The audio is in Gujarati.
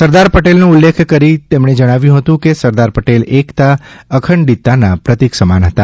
સરદાર પટેલનો ઉલ્લેખ કરી જણાવ્યું હતું કે સરદાર પટેલ એકતા અખંડિતતાના પ્રતિક સમાન હતા